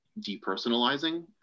depersonalizing